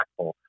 impactful